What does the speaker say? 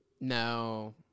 No